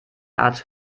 art